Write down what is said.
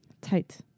tight